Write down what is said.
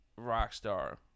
Rockstar